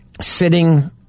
sitting